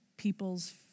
people's